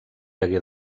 hagué